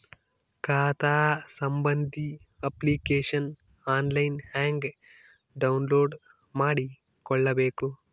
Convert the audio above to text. ಖಾತಾ ಸಂಬಂಧಿ application online ಹೆಂಗ್ ಡೌನ್ಲೋಡ್ ಮಾಡಿಕೊಳ್ಳಬೇಕು?